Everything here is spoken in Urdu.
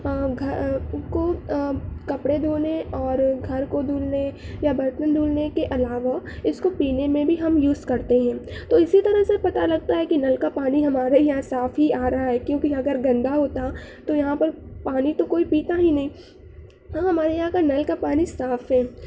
گھر کو کپڑے دھونے اور گھر کو دھلنے یا برتن دھلنے کے علاوہ اس کو پینے میں بھی ہم یوز کرتے ہیں تو اسی طرح سے پتہ لگتا ہے کہ نل کا پانی ہمارے یہاں صاف ہی آ رہا ہے کیونکہ اگر گندہ ہوتا تو یہاں پر پانی تو کوئی پیتا ہی نہیں ہاں ہمارے یہاں کا نل کا پانی صاف ہے